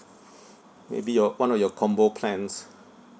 maybe your one of your combo plans